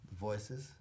voices